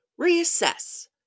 reassess